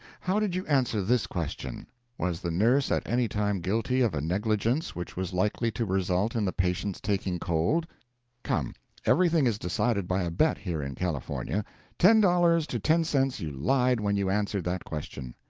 how did you answer this question was the nurse at any time guilty of a negligence which was likely to result in the patient's taking cold come everything is decided by a bet here in california ten dollars to ten cents you lied when you answered that question.